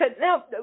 Now